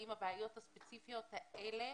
האם הבעיות הספציפיות אלה,